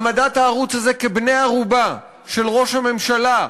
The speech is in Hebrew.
העמדת הערוץ הזה כבני-ערובה של ראש הממשלה,